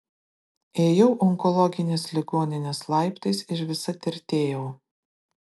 ėjau onkologinės ligoninės laiptais ir visa tirtėjau